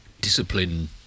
discipline